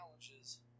challenges